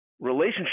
relationship